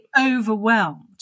overwhelmed